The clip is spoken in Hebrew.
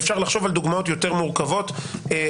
ואפשר לחשוב על דוגמאות יותר מורכבות בתחומים